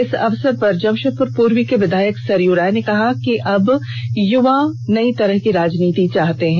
इस अवसर पर जमशेदपुर पूर्वी के विधायक सरयू राय ने कहा कि अब युवा नई तरह की राजनीति चाहते हैं